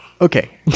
Okay